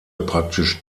praktisch